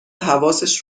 حواسش